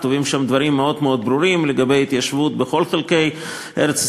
כתובים שם דברים מאוד מאוד ברורים לגבי התיישבות בכל חלקי ארץ-ישראל.